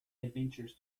adventures